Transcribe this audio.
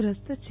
ગ્રસ્ત છે